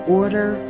order